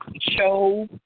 show